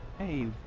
hey,